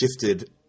shifted